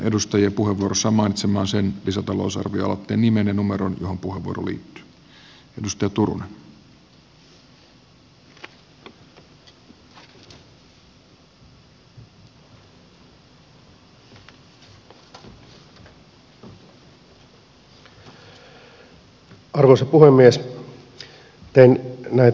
pyydän edustajia puheenvuorossaan mainitsemaan sen lisätalousarvioaloitteen nimen ja numeron johon puheenvuoro liittyy